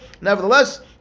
Nevertheless